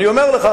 אני אומר לך,